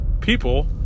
people